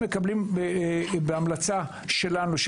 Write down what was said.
הם מקבלים בהמלצה שלנו.